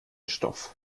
stoff